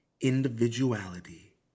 individuality